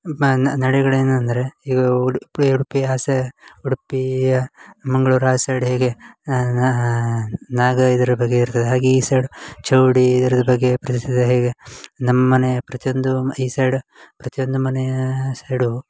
ನಡೆಗಳು ಏನಂದರೆ ಈಗ ಉಡುಪಿ ಉಡುಪಿ ಆಸೆ ಉಡುಪಿಯ ಮಂಗ್ಳೂರು ಆ ಸೈಡ್ ಹೇಗೆ ನಾಗ ಇದ್ರ ಬಗ್ಗೆ ಇರ್ತದೆ ಹಾಗೆ ಈ ಸೈಡು ಚೌಡಿ ಇದ್ರದ ಬಗೆ ಪ್ರದೇಶದ ಹೇಗೆ ನಮ್ಮ ಮನೆ ಪ್ರತಿಯೊಂದು ಈ ಸೈಡು ಪ್ರತಿಯೊಂದು ಮನೆಯ ಸೈಡು